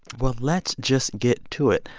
well, let's just get to it.